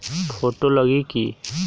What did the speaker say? Photo लगी कि?